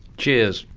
cheers!